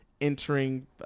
entering